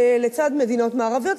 לצד מדינות מערביות,